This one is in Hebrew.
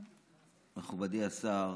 אדוני היושב-ראש, מכובדי השר,